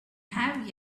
have